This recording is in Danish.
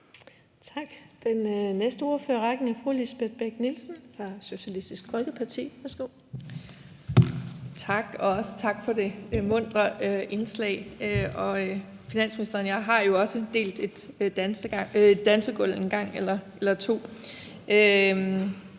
Tak. Den næste ordfører i rækken er fru Lisbeth Bech-Nielsen fra Socialistisk Folkeparti. Værsgo. Kl. 16:51 Lisbeth Bech-Nielsen (SF): Tak, og også tak for det muntre indslag. Finansministeren og jeg har jo også delt et dansegulv en gang eller to.